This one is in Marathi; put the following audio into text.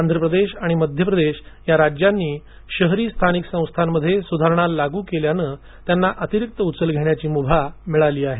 आंध्र प्रदेश आणि मध्य प्रदेश या राज्यांनी शहरी स्थानिक संस्थांमध्ये सुधारणा लागू केल्यानं त्यांना अतिरिक्त उचल घेण्याची मुभा मिळाली आहे